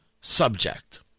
subject